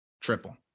Triple